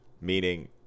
Meaning